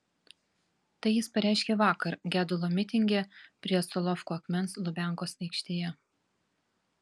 tai jis pareiškė vakar gedulo mitinge prie solovkų akmens lubiankos aikštėje